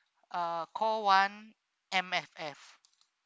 uh call one M_S_F